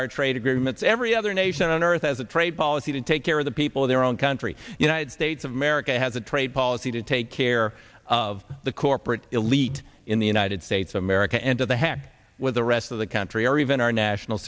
our trade agreements every other nation on earth as a trade policy to take care of the people of their own country united states of america has a trade policy to take care of the corporate elite in the united states of america and to the heck with the rest of the country or even our national